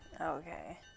Okay